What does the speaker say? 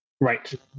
Right